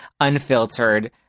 unfiltered